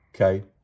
Okay